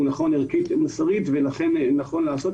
הוא נכון ערכית ומוסרית ולכן נכון לעשות